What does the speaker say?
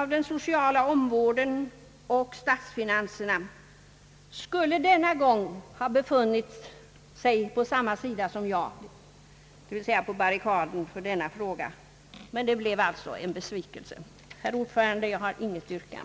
av den sociala omvårdnaden och statsfinanserna, denna gång skulle ha befunnit sig på samma sida, s. a. s. på barrikaden, som jag. Det blev alltså en besvikelse. Herr talman! Jag har inget yrkande.